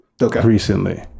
recently